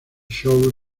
shows